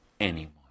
anymore